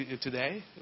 today